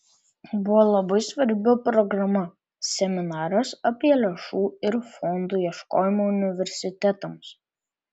buvo labai svarbi programa seminaras apie lėšų ir fondų ieškojimą universitetams